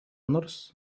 nors